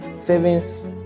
savings